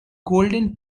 golden